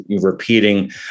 repeating